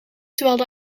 dwaalde